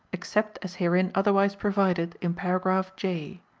except as herein otherwise provided in paragraph j.